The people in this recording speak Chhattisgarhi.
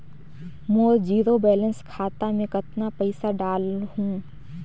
मोर जीरो बैलेंस खाता मे कतना पइसा डाल हूं?